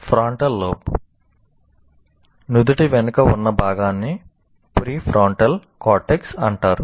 frontal lobe అంటారు